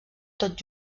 tot